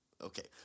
Okay